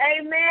amen